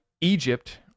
Egypt